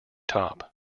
top